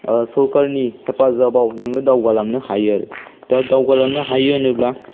सरकारनि हेफाजाबाव नोङो दावगालांनो हायो आरो दा दावगालांनो हायो होनोब्ला